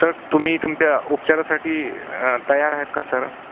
sir तुम्ही तुमच्या उपचारासाठी तयार आहेत का सर